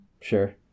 Sure